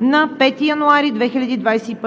на 15 януари 2021